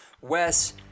Wes